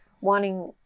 wanting